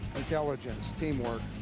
intelligence, team work.